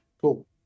cool